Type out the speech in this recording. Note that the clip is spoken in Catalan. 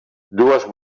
dues